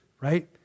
right